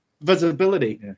Visibility